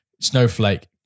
Snowflake